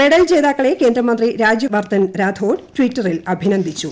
medal ജേതാക്കളെ കേന്ദ്രമന്ത്രി രാജ്യവർദ്ധൻ റാത്തോഡ് ട്വീറ്ററിൽ അഭിനന്ദിച്ചു